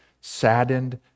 saddened